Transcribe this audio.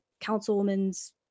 councilwoman's